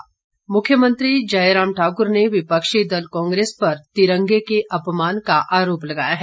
मुख्यमंत्री चर्चा मुख्यमंत्री जयराम ठाकुर ने विपक्षी दल कांग्रेस पर तिरंगे के अपमान का आरोप लगाया है